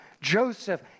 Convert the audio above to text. Joseph